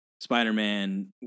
Spider-Man